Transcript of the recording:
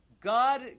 God